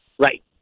Right